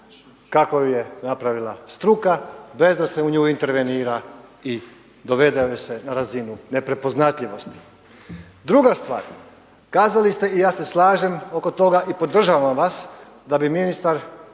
kako ju je napravila struka, bez da se u nju intervenira i dovede ju se na razinu neprepoznatljivosti. Druga stvar, kazali ste i ja se slažem oko toga i podržavam vas, da bi ministar